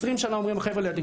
20 שנה אומרים פה החבר'ה לידי,